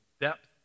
depth